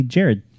Jared